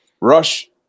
Rush